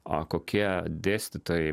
o kokie dėstytojai